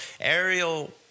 Ariel